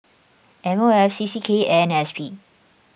M O F C C K and S P